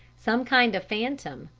some kind of phantom,